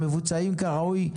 מבוצעים כראוי.